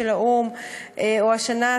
או השנה,